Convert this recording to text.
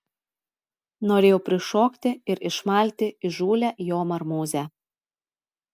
norėjau prišokti ir išmalti įžūlią jo marmūzę